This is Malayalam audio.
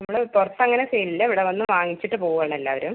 നമ്മള് പുറത്ത് അങ്ങന സെയിൽ ഇല്ല ഇവിടെ വന്ന് വാങ്ങിച്ചിട്ട് പോവാണ് എല്ലാവരും